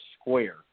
square